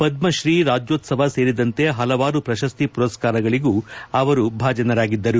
ಪದ್ವಶ್ರೀ ರಾಜ್ಕೋತ್ಸವ ಸೇರಿದಂತೆ ಪಲವಾರು ಪ್ರತಸ್ತಿ ಮರಸ್ಕಾರಗಳಿಗೂ ಅವರು ಭಾಜನರಾಗಿದ್ದರು